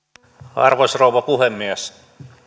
arvoisa rouva puhemies